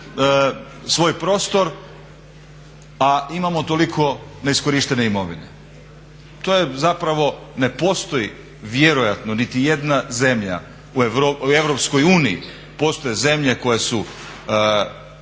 svoj prostor, a imamo toliko neiskorištene imovine. To je zapravo ne postoji vjerojatno niti jedna zemlja u Europskoj uniji, postoje zemlje koje su